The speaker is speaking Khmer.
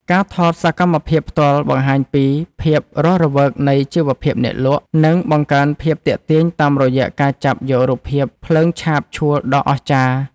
ការថតសកម្មភាពផ្ទាល់បង្ហាញពីភាពរស់រវើកនៃជីវភាពអ្នកលក់ និង បង្កើនភាពទាក់ទាញតាមរយៈការចាប់យករូបភាពភ្លើងឆាបឆួលដ៏អស្ចារ្យ។